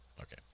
Okay